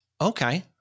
Okay